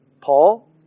Paul